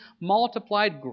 multiplied